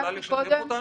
את יכולה לשתף אותנו?